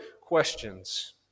questions